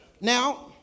Now